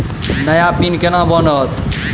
नया पिन केना बनत?